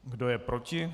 Kdo je proti?